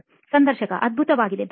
ಸಂದರ್ಶಕ ಅದ್ಭುತವಾಗಿದೆ